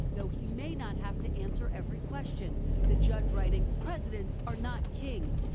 though he may not have to answer every question the judge writing presidents are not kings.